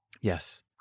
Yes